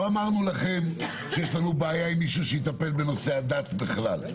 לא אמרנו שיש לנו בעיה עם מישהו שיטפל בנושא הדת בכלל.